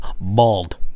bald